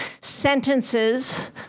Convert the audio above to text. sentences